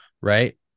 right